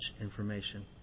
information